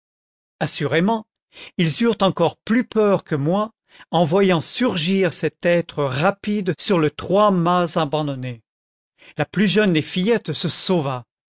assurément ils eurent encore plus peur que moi en voyant surgir cet être rapide sur le trois-mâts abandonné la plus jeune des fillettes se sauva